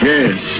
Yes